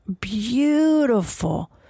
beautiful